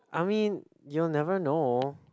I mean you'll never know